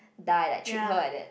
die like treat her like that